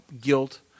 guilt